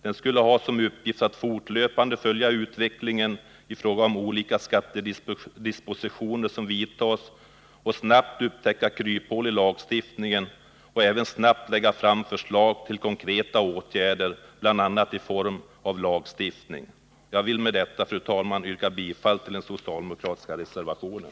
Den skulle ha som uppgift att fortlöpande följa utvecklingen i fråga om olika skattedispositioner som vidtas och snabbt upptäcka kryphål i lagstiftningen och även snabbt lägga fram förslag till konkreta åtgärder, bl.a. i form av lagstiftning. Jag vill med detta, fru talman, yrka bifall till den socialdemokratiska reservationen.